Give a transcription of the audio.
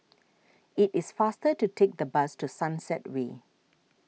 it is faster to take the bus to Sunset Way